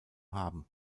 haben